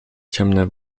ciemne